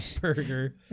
Burger